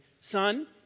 son